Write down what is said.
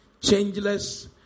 changeless